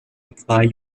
apply